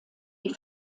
die